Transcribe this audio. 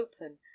open